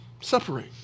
separate